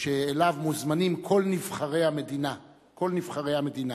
שמוזמנים אליו כל נבחרי המדינה,